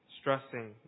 stressing